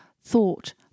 thought